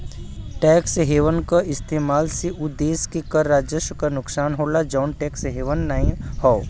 tax haven क इस्तेमाल से उ देश के कर राजस्व क नुकसान होला जौन टैक्स हेवन नाहीं हौ